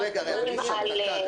בעיות.